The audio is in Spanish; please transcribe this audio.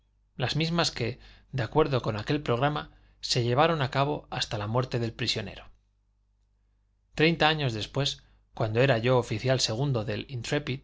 las mismas que de acuerdo con aquel programa se llevaron a cabo hasta la muerte del prisionero treinta años después cuando era yo oficial segundo del